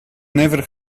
never